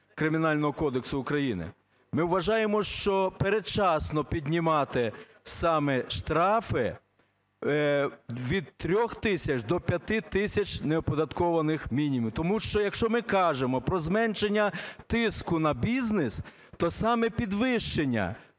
Кримінального кодексу України, ми вважаємо, що передчасно піднімати саме штрафи від 3 тисяч до 5 тисяч неоподаткованих мінімумів. Тому що, якщо ми кажемо про зменшення тиску на бізнес, то саме підвищення